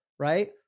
right